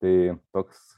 tai toks